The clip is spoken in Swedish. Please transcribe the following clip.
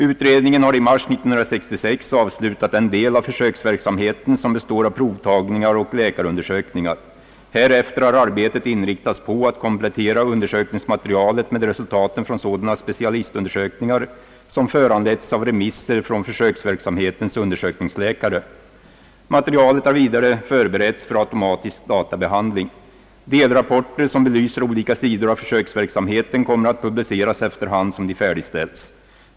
Utredningen har i mars 1966 avslutat den del av försöksverksamheten som består av provtagningar och läkarundersökningar. Härefter har arbetet inriktats på att komplettera undersökningsmaterialet med resultaten från sådana specialistundersökningar som föranletts av remisser från försöksverksamhetens undersökningsläkare. Materialet har vidare förberetts för automatisk databehandling. Delrapporter, som belyser olika sidor av försöksverksamheten, kommer att publiceras efter hand som de färdigställs.